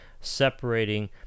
separating